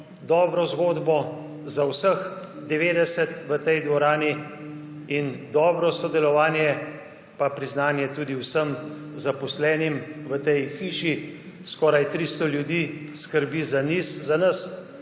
Dobro zgodbo za vseh 90 v tej dvorani in dobro sodelovanje in pa priznanje tudi vsem zaposlenim v tej hiši, skoraj 300 ljudi skrbi za nas,